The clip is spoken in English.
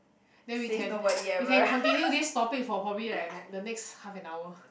then we can we can continue this topic for probably like the the next half an hour